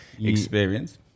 experience